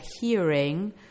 hearing